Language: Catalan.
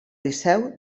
liceu